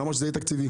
למה שזה יהיה תקציבי?